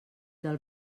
del